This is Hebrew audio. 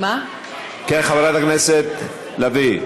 כן, חברת הכנסת לביא.